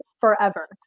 forever